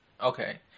Okay